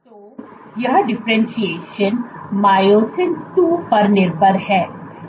तो यह differentiation myosin II पर निर्भर है